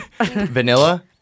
Vanilla